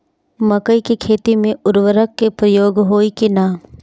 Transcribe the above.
मकई के खेती में उर्वरक के प्रयोग होई की ना?